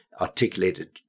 articulated